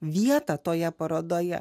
vietą toje parodoje